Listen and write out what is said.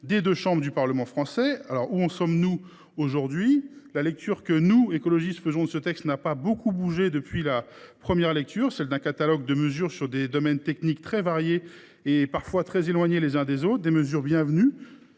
des deux chambres du Parlement français. Où en sommes nous aujourd’hui ? La lecture que nous, écologistes, faisons de ce texte n’a pas beaucoup changé depuis la première lecture. Il s’agit selon nous d’un catalogue de mesures relevant de domaines techniques très variés et parfois très éloignés les uns des autres. Dans certains